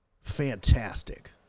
Fantastic